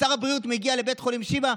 שר הבריאות מגיע לבית חולים שיבא,